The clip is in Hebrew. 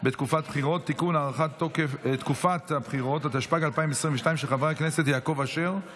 הרחבת תחולה על עובד של קבלן שירות המועסק